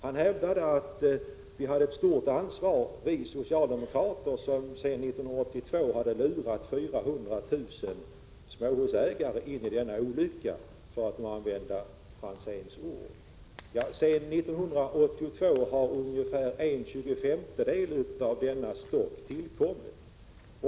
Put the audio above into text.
Han hävdade att vi socialdemokrater hade ett stort ansvar som sedan 1982 hade lurat 400 000 småhusägare in i denna olycka, för att använda Franzéns ord. Sedan 1982 har ungefär en tjugofemtedel av denna stock tillkommit.